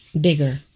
bigger